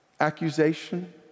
accusation